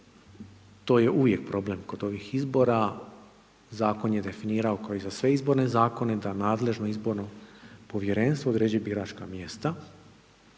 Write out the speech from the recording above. to je uvijek problem kod ovih izbora, zakon je definirao kao i za sve izborne zakone da nadležno izborno povjerenstvo određuje biračka mjesta,